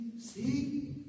See